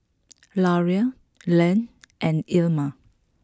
Larae Leah and Ilma